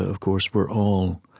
ah of course, were all